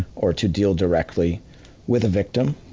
or to deal directly with a victim,